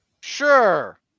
Sure